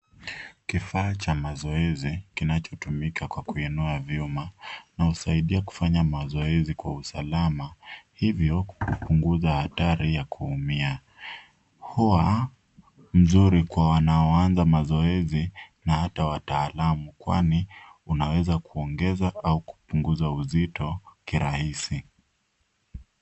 Kifaa cha mazoezi kinachotumika kwa kuinua vyuma na husaidia kufanya mazoezi kwa usalama, hivyo kupunguza hatari ya kuumia. Huwa mzuri kwa wanaoanza mazoezi na ata wataalamu kwani unaweza kuongeza au kupunguza uzito kirahisi.